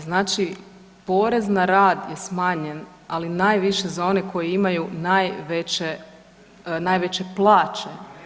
Znači porez na rad je smanjen, ali najviše za one koji imaju najveće, najveće plaće.